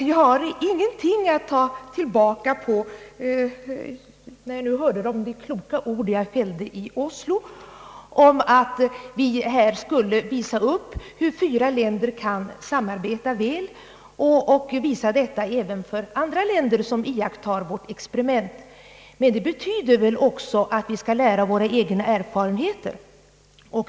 Jag har ingenting att ta tillbaka på de, som jag tycker, kloka ord jag fällde i Oslo om att vi skulle visa upp hur fyra länder kan samarbeta väl och visa detta även för andra länder som iakttar vårt experiment. Det betyder väl också att vi skall lära av våra egna erfarenheter.